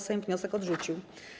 Sejm wniosek odrzucił.